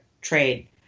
trade